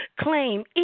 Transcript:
claim